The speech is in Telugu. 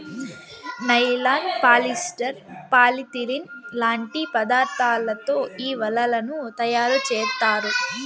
నైలాన్, పాలిస్టర్, పాలిథిలిన్ లాంటి పదార్థాలతో ఈ వలలను తయారుచేత్తారు